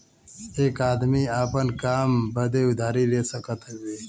एक आदमी आपन काम बदे उधारी ले सकत हउवे